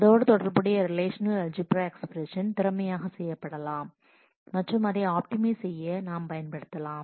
அதோடு தொடர்புடைய relational algebra expression திறமையாக செய்யப்படலாம் மற்றும் இதை அப்டிமைஸ் செய்ய நாம் பயன்படுத்தலாம்